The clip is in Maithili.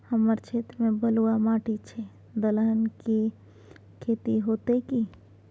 हमर क्षेत्र में बलुआ माटी छै, दलहन के खेती होतै कि?